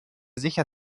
sicher